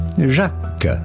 Jacques